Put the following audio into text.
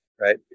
right